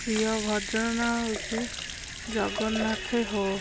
ପ୍ରିୟ ଭଜନ ନାଁ ହେଉଛି ଜଗନ୍ନାଥେ ହୋ